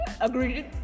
Agreed